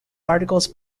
articles